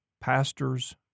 pastors